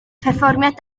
perfformiad